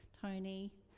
Tony